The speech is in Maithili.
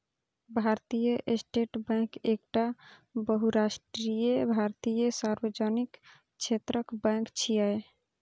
भारतीय स्टेट बैंक एकटा बहुराष्ट्रीय भारतीय सार्वजनिक क्षेत्रक बैंक छियै